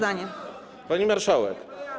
Pani Marszałek!